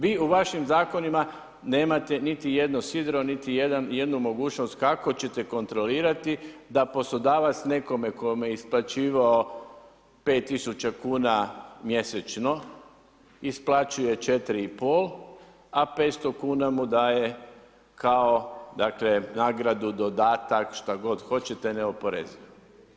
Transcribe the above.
Vi u vašim zakonima nemate niti jedno sidro, niti jednu mogućnost kako ćete kontrolirati da poslodavac nekome kome je isplaćivao 5000 kuna mjesečno, isplaćuje 4500 a 500 kuna mu daje kao dakle nagradu, dodatak, šta god hoćete, neoporezivo.